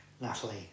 Natalie